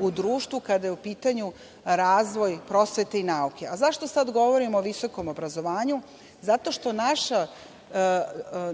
u društvu kada je u pitanju razvoj prosvete i nauke. Zašto sad govorimo o visokom obrazovanju? Zato što